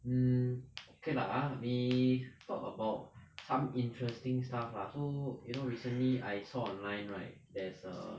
mm okay lah we talk about some interesting stuff lah so you know recently I saw online right there's a